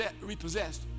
repossessed